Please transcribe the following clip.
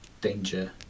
danger